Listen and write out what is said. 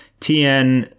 TN